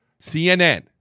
CNN